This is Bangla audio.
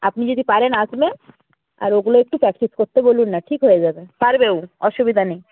আপনি যদি পারেন আসবেন আর ওগুলো একটু প্র্যাকটিস করতে বলুন না ঠিক হয়ে যাবে পারবে ও অসুবিধা নেই